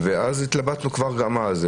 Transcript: והתלבטנו גם אז.